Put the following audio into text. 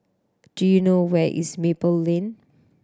do you know where is Maple Lane